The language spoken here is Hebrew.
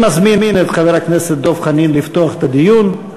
אני מזמין את חבר הכנסת דב חנין לפתוח את הדיון.